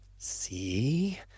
See